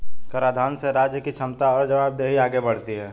कराधान से राज्य की क्षमता और जवाबदेही आगे बढ़ती है